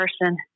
person